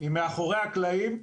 היא מאחורי הקלעים,